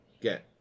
get